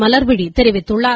மலர்விழி தெரிவித்துள்ளார்